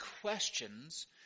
questions